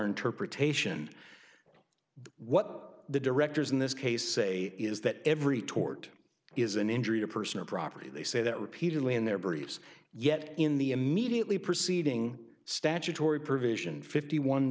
interpretation what the directors in this case say is that every tort is an injury to personal property they say that repeatedly in their briefs yet in the immediately preceding statutory provision fifty one